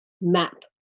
map